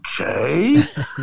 okay